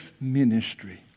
ministry